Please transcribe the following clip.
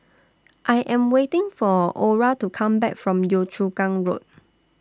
I Am waiting For Orah to Come Back from Yio Chu Kang Road